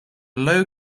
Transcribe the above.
low